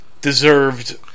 deserved